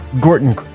Gordon